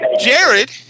Jared